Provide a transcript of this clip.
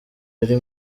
ari